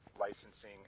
licensing